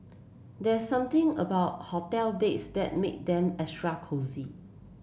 there's something about hotel beds that make them extra cosy